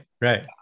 right